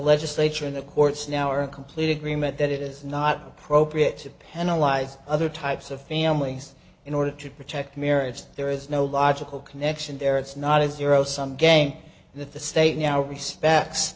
legislature and the courts now are in complete agreement that it is not appropriate to penalize other types of families in order to protect marriage there is no logical connection there it's not a zero sum game and that the state now respects